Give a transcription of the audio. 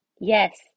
Yes